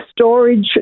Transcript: storage